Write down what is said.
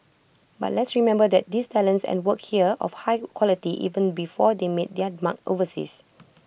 but let's remember that these talents and work here of high quality even before they made their mark overseas